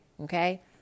Okay